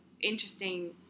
interesting